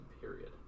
period